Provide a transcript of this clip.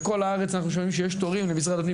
בכל הארץ אנחנו שומעים שיש תורים במשרד הפנים,